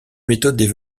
méthodes